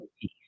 peace